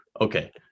okay